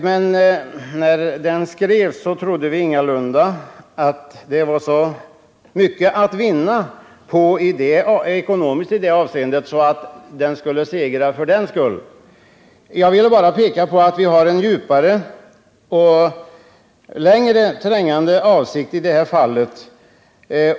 Men när motionen skrevs trodde vi ingalunda att så mycket var att vinna ekonomiskt i detta avseende att motionen skulle segra för den skull. Jag vill påpeka att vi har en djupare och längre trängande avsikt i detta fall.